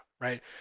right